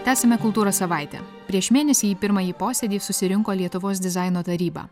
tęsiame kultūros savaitę prieš mėnesį į pirmąjį posėdį susirinko lietuvos dizaino taryba